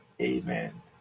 Amen